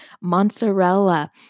mozzarella